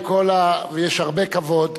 עם כל ויש הרבה כבוד,